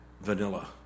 vanilla